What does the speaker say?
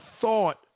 thought